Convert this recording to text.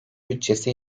bütçesi